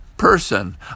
Person